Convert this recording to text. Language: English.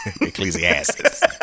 Ecclesiastes